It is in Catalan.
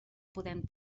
podem